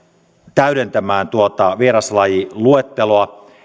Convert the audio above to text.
täydentämään tuota vieraslajiluetteloa